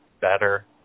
better